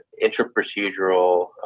intra-procedural